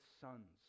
sons